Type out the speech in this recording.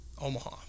Omaha